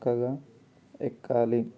చక్కగా ఎక్కాలి